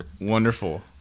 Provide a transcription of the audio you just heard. Wonderful